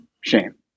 shame